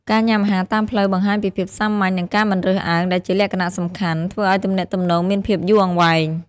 ការញ៉ាំអាហារតាមផ្លូវបង្ហាញពីភាពសាមញ្ញ និងការមិនរើសអើង ដែលជាលក្ខណៈសំខាន់ ធ្វើឲ្យទំនាក់ទំនងមានភាពយូរអង្វែង។